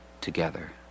together